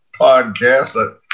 podcast